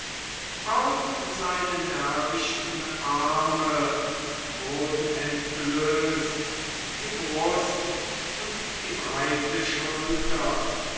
auch seine nervichten arme wurden entblößt die brust und die breite schulter